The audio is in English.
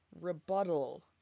Rebuttal